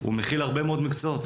הוא מכיל הרבה מאוד מקצועות.